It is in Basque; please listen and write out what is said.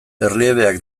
erliebeak